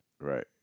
Right